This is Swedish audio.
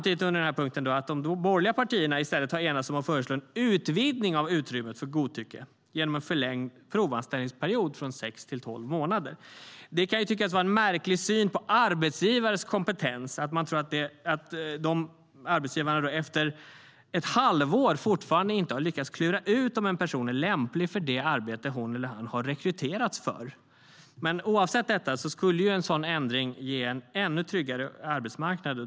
Jag noterar under den här punkten att de borgerliga partierna i stället har enats om att föreslå en utvidgning av utrymmet för godtycke genom en förlängd provanställningsperiod från sex till tolv månader. Det kan tyckas vara en märklig syn på arbetsgivares kompetens att man tror att de fortfarande efter ett halvår inte lyckats klura ut om en person är lämplig för det arbete hon eller han har rekryterats för. Men oavsett detta skulle en sådan ändring ge en ännu otryggare arbetsmarknad.